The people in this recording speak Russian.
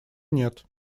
нет